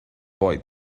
boy